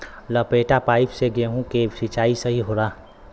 लपेटा पाइप से गेहूँ के सिचाई सही होला?